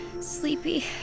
sleepy